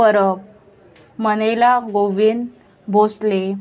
परब मनेला गोविंद भोसले